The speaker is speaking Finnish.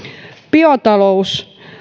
biotalous